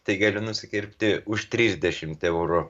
tai galiu nusikirpti už trisdešimt eurų